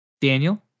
Daniel